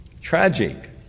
Tragic